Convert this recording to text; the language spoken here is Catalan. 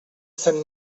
sant